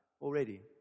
already